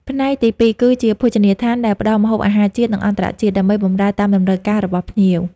ផ្នែកទីពីរគឺជា ភោជនីយដ្ឋាន ដែលផ្តល់ម្ហូបអាហារជាតិ និងអន្ដរជាតិ ដើម្បីបម្រើតាមតម្រូវការរបស់ភ្ញៀវ។